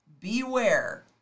beware